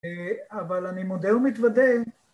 אבל אני מודה ומתוודה